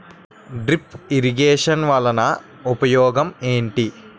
drip irrigation వలన ఉపయోగం ఏంటి